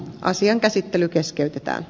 asian käsittely keskeytetään